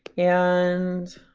and